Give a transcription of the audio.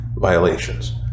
Violations